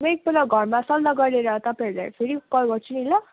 म एकपल्ट घरमा सल्लाह गरेर तपाईँहरूलाई फेरि कल गर्छु नि ल